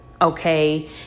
okay